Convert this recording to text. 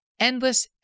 endless